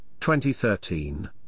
2013